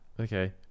Okay